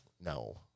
no